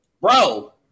bro